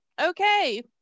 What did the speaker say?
okay